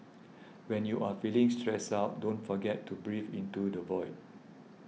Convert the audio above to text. when you are feeling stressed out don't forget to breathe into the void